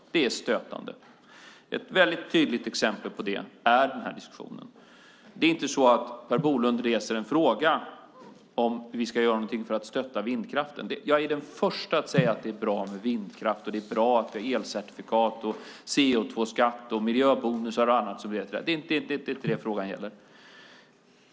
Det är stötande. Ett tydligt exempel på detta är denna diskussion. Det är inte så att Per Bolund reser en fråga om huruvida vi ska göra någonting för att stötta vindkraften. Jag är den förste att säga att det är bra med vindkraft och att det är bra att vi har elcertifikat, CO2-skatt och annat. Det är inte det som frågan gäller.